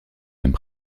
mêmes